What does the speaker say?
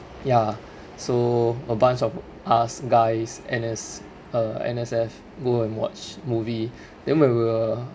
ya so a bunch of us guys N_S uh N_S_F go and watch movie then we were